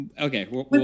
okay